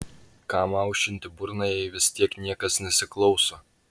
kam aušinti burną jei vis tiek niekas nesiklauso